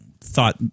thought